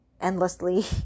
endlessly